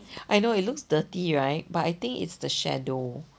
I know it looks dirty right but I think it's the shadow